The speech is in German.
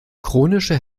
chronische